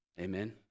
Amen